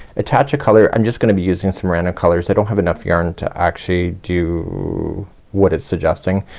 attach a color. i'm just gonna be using some random colors. i don't have enough yarn to actually do what it's suggesting.